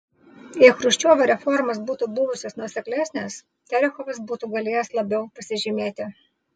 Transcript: jei chruščiovo reformos būtų buvusios nuoseklesnės terechovas būtų galėjęs labiau pasižymėti